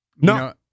No